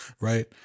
right